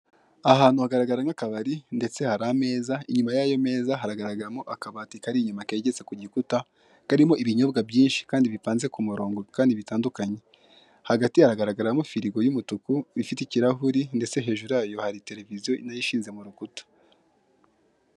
Aha hantu hagaragara nk'akabari ndetse hari ameza inyuma y'ayo meza haragaramo akabati kari inyuma kegetse ku gikuta karimo ibinyobwa byinshi kandi bipanze kumurongo kandi bitandukanye hagati hagaragaramo firigo y'umutuku ifite ikirahure ndetse hejuru yayo hari televiziyo nayo ishinze mu rukuta.